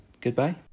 goodbye